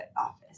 office